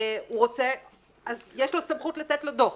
אז יש לו סמכות לתת לו דוח,